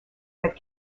that